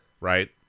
Right